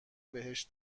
بهش